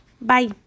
Bye